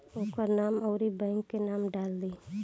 ओकर नाम अउरी बैंक के नाम डाल दीं